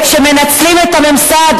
ועוד רבים אחרים.